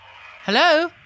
Hello